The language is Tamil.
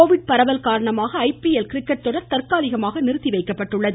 கோவிட் பரவல் காரணமாக ஐபிஎல் கிரிக்கெட் தொடர் தற்காலிகமாக நிறுத்திவைக்கப்பட்டுள்ளது